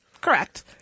Correct